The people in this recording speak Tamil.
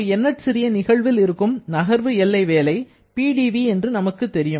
ஒரு எண்ணற்சிறிய நிகழ்வில் இருக்கும் நகர்வு எல்லை வேலை PdV என்று நமக்கு தெரியும்